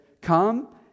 come